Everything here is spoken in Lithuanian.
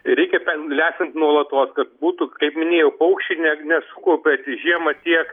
reikia lesint nuolatos kad būtų kaip minėjau paukščiai ne nesukaupia žiemą tiek